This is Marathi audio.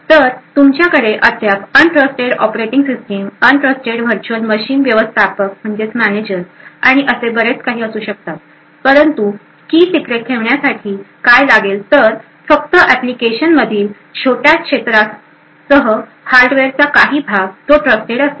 तर तुमच्याकडे अद्याप untrusted operating system untrusted virtual machine व्यवस्थापक आणि असे बरेच असू शकतात परंतु की सिक्रेट ठेवण्यासाठी काय लागेल तर फक्त एप्लीकेशन मधील छोट्या क्षेत्रासह हार्डवेअर चा काही भाग जो ट्रस्टेड असेल